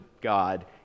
God